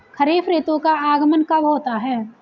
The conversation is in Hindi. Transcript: खरीफ ऋतु का आगमन कब होता है?